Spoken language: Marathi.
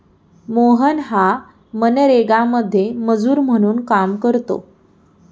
मोहन हा मनरेगामध्ये मजूर म्हणून काम करतो